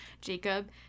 Jacob